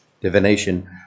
divination